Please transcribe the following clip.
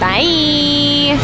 Bye